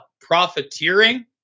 profiteering